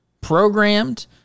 programmed